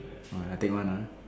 alright I take one lah